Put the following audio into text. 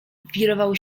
wirował